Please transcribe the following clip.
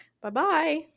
Bye-bye